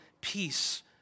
peace